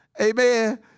Amen